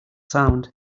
sound